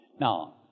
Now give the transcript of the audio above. Now